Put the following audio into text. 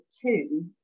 two